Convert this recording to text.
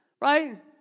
right